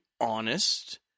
honest